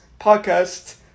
podcast